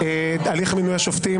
ובהליך מינוי השופטים.